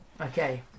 Okay